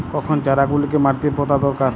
কখন চারা গুলিকে মাটিতে পোঁতা দরকার?